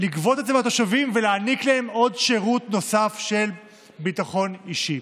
לגבות את זה מהתושבים ולהעניק להם שירות נוסף של ביטחון אישי.